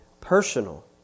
personal